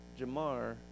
Jamar